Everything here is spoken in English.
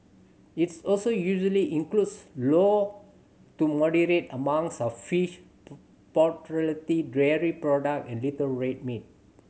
its also usually includes low to moderate amounts of fish dairy product and little red meat